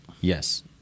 Yes